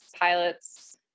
pilots